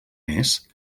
mes